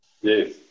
Yes